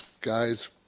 guys